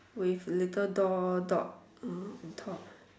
with little doll dots on top